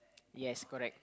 yes correct